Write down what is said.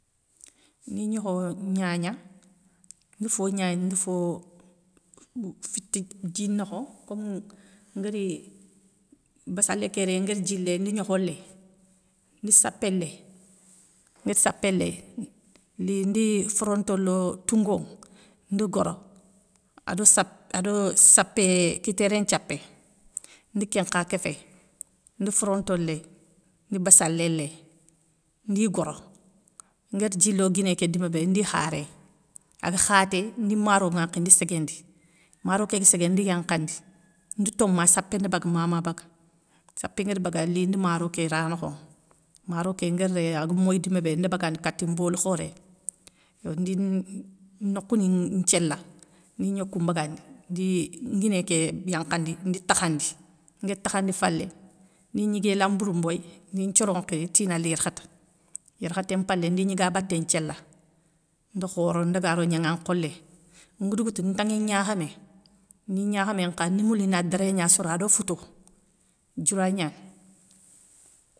Ndi gnokho gnagna, ndi fo gnagna ndi fo fiti dji nokho, kom nguéri bassalé ké réy, nguéri dji léy. ndi gnokho léy, ndi sapé léy, nguéri sapé ley li ndi foronto lo toungo ŋa ndeu goro ado sapp ado sappéee kitéré nthiappé, ndi kén nkha kéféy ndi fotonto ley ndi bassalé ley, ndi goro. Nguéri dji lo guiné ké dima bé ndi kha rey, aga khaaté, ndi maro nwankhi, ndi séguéndi, maro kégua ségué ndi yankhandi, ndi tomou ma sappé ni baga ma ma baga, sapé nguérr baga li ndi maro ké ra nokho ŋa, maro ké nguéri rey, aga moy dima bé nda agandi kati mbolou khoré, yo ndi nokhouni nthiéla ni gnokou mbagandi ndi nguiné ké yankhandi ndi takhandi, nguéri takhandi falé, ndi yigué lambourou mboy, ndi nthioro nkhiri, ti nali yarkhata, yarkhaté mpalé ndi gnigabaté nthiéla, nda khoro ndaga ro gnaŋa nkholé. Nga dougouta ntaŋi gnakhamé, ni gnakhamé nkha ni mouli na déré gna soro ado fouto, dioura gnani.